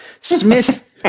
Smith